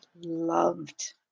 loved